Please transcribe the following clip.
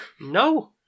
No